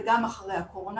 וגם אחרי הקורונה,